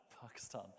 Pakistan